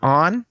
on